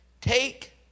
take